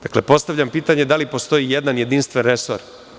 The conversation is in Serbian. Dakle, postavljam pitanje – da li postoji jedan jedinstven resor?